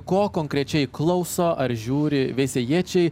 ko konkrečiai klauso ar žiūri veisiejiečiai